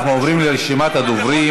אנחנו עוברים לרשימת הדוברים.